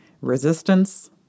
resistance